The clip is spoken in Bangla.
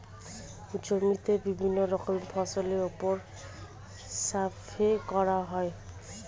জমিতে বিভিন্ন রকমের ফসলের উপর সার্ভে করা হয়